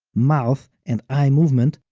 mouth and eye movement,